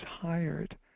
hired